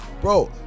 bro